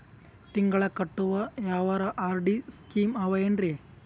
ತಿಂಗಳ ಕಟ್ಟವು ಯಾವರ ಆರ್.ಡಿ ಸ್ಕೀಮ ಆವ ಏನ್ರಿ?